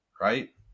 right